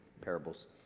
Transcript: parables